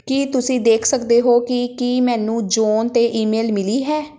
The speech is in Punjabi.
ਕੀ ਤੁਸੀਂ ਦੇਖ ਸਕਦੇ ਹੋ ਕਿ ਕੀ ਮੈਨੂੰ ਜੌਨ 'ਤੇ ਈਮੇਲ ਮਿਲੀ ਹੈ